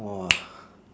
!wah!